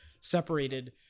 separated